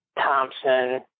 Thompson